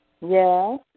Yes